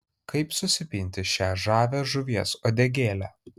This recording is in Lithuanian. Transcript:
kaip susipinti šią žavią žuvies uodegėlę